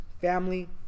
family